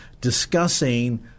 discussing